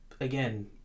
again